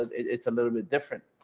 it's a little bit different.